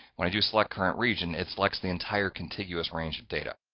when i do select current region, it selects the entire contiguous range of data.